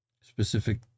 Specific